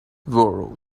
world